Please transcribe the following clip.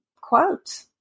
quote